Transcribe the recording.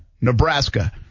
Nebraska